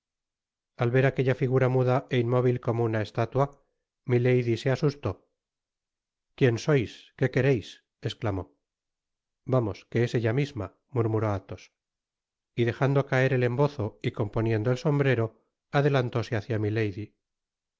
al ver aquella figura muda é inmóvil como una estatua milady se asustó quién sois qué quereis esclamó vamos que es ella misma murmuró athos y dejando caer el embozo y componiendo el sombrero adelantóse hácia milady